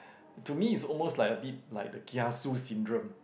to me is almost like a bit like the kiasu syndrome